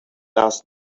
last